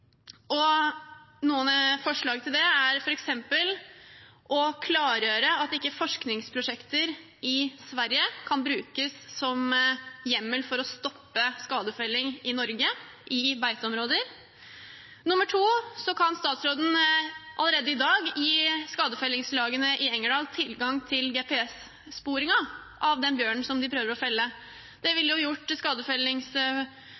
Noen forslag til det er f.eks. å klargjøre at ikke forskningsprosjekter i Sverige kan brukes som hjemmel for å stoppe skadefelling i Norge i beiteområder. Nr. 3: Statsråden kan allerede i dag gi skadefellingslagene i Engerdal tilgang til GPS-sporingen av den bjørnen som de prøver å felle. Det